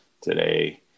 today